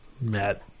Matt